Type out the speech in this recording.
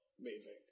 amazing